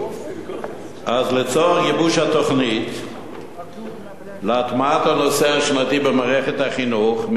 לצורך גיבוש התוכנית להטמעת הנושא השנתי במערכת החינוך מינה שר